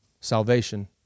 salvation